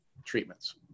treatments